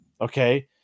Okay